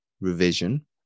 revision